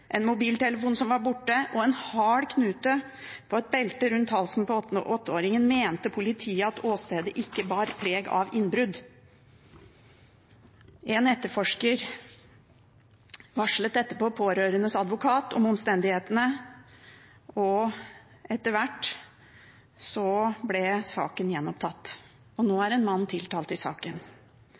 en mobiltelefon som var borte, og en hard knute på et belte rundt halsen på åtteåringen, mente politiet at åstedet ikke bar preg av innbrudd. En etterforsker varslet om disse omstendighetene til pårørendes advokat, og etter hvert ble saken gjenopptatt. Nå er en mann tiltalt i saken.